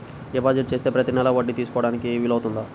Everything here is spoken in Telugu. డిపాజిట్ చేస్తే ప్రతి నెల వడ్డీ తీసుకోవడానికి వీలు అవుతుందా?